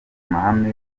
mahame